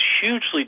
hugely